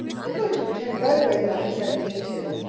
i'm going to pretend right away that i am seventeen too,